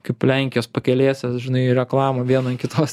kaip lenkijos pakelėse žinai reklamų viena ant kitos